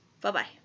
bye-bye